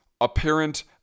apparent